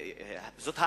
זאת העלבה,